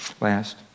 Last